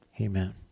Amen